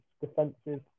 defensive